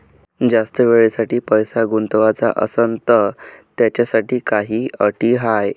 जास्त वेळेसाठी पैसा गुंतवाचा असनं त त्याच्यासाठी काही अटी हाय?